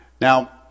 Now